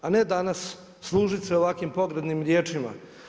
A ne danas služiti se ovakvim pogrebnim riječima.